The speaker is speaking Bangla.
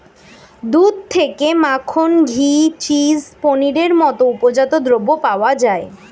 দুধ থেকে মাখন, ঘি, চিজ, পনিরের মতো উপজাত দ্রব্য পাওয়া যায়